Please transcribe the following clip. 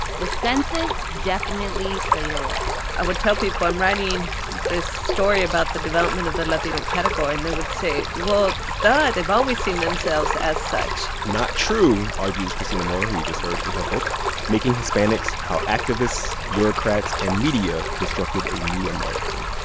the census definitely played a role i would tell people i'm writing this story about the development of the latino category. and they would say well, duh, they've always seen themselves as such not true, argues cristina mora, who you just heard, in her book making hispanics how activists, bureaucrats and media constructed a new american.